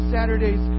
Saturdays